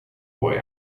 boy